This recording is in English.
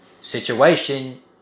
situation